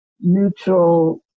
neutral